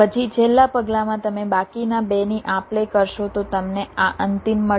પછી છેલ્લા પગલાંમાં તમે બાકીના 2 ની આપ લે કરશો તો તમને આ અંતિમ મળશે